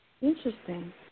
interesting